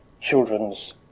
children's